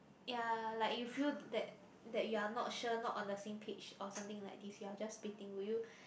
ya like you feel that that you are not sure not on the same page or something like this you're just spitting will you